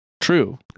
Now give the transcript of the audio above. True